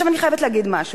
אני חייבת להגיד משהו.